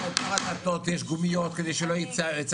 משרד הבריאות דובר אם יש גומיות כדי שלא יצבטו,